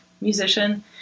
musician